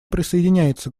присоединяется